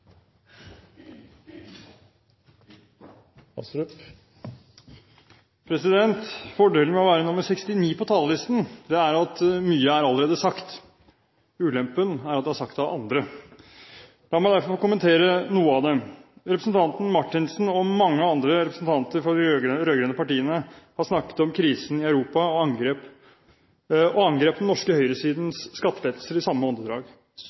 at mye allerede er sagt. Ulempen er at det er sagt av andre. La meg derfor få kommentere noe av det. Representanten Marthinsen og mange andre representanter for de rød-grønne partiene har snakket om krisen i Europa – og angrep den norske høyresidens skattelettelser i samme åndedrag.